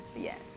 yes